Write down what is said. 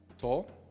Tall